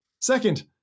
Second